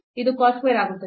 ಇದು cos square ಆಗುತ್ತದೆ